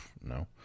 no